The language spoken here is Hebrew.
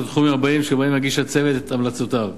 את התחומים הבאים שבהם יגיש הצוות את המלצותיו: